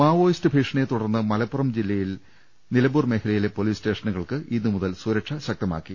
Maoist ഭീഷണിയെതുടർന്ന് മലപ്പുറം ജില്ലയിൽ നിലമ്പൂർ മേഖലയിലെ പൊലിസ് സ്റ്റേഷനുകൾക്ക് ഇന്നു മുതൽ സുരക്ഷ ശക്തമാക്കി